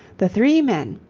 the three men,